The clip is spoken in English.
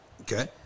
Okay